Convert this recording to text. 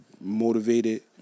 motivated